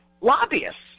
lobbyists